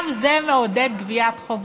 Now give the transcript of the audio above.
גם זה מעודד גביית חובות.